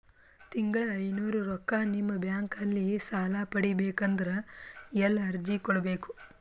ತಿಂಗಳ ಐನೂರು ರೊಕ್ಕ ನಿಮ್ಮ ಬ್ಯಾಂಕ್ ಅಲ್ಲಿ ಸಾಲ ಪಡಿಬೇಕಂದರ ಎಲ್ಲ ಅರ್ಜಿ ಕೊಡಬೇಕು?